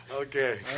Okay